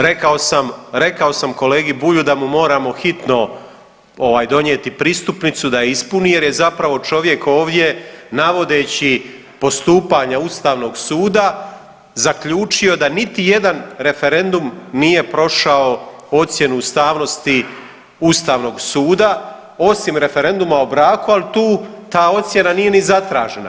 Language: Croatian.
Rekao sam, rekao sam kolegi Bulju da mu moramo hitno ovaj donijeti pristupnicu da ju ispuni jer je zapravo čovjek ovdje navodeći postupanje Ustavnog suda zaključio da niti jedan referendum nije prošao ocjenu ustavnosti Ustavnog suda, osim referenduma o braku, ali tu ta ocjena nije ni zatražena.